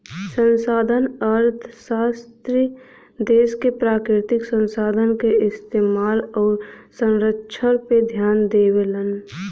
संसाधन अर्थशास्त्री देश क प्राकृतिक संसाधन क इस्तेमाल आउर संरक्षण पे ध्यान देवलन